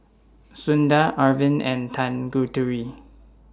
Sundar Arvind and Tanguturi